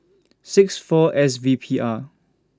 six four S V P R